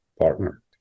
partner